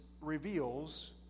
reveals